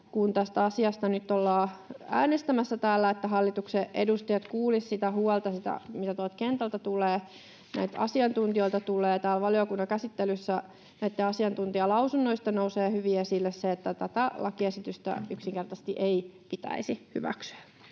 kun tästä asiasta nyt ollaan äänestämässä täällä, että hallituksen edustajat kuulisivat sitä huolta, mikä tuolta kentältä tulee näiltä asiantuntijoilta. Valiokunnan käsittelyssä näistä asiantuntijalausunnoista nousee hyvin esille se, että tätä lakiesitystä ei yksinkertaisesti pitäisi hyväksyä.